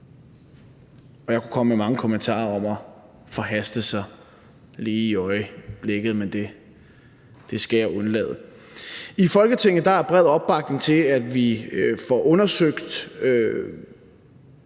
Og jeg kunne komme med mange kommentarer om at forhaste sig lige i øjeblikket, men det skal jeg undlade. I Folketinget er der bred opbakning til, at vi får undersøgt